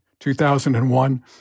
2001